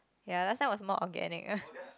ya last time was more organic